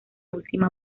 última